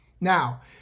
Now